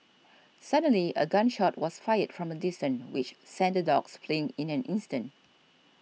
suddenly a gun shot was fired from a distance which sent the dogs fleeing in an instant